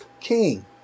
king